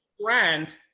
Brand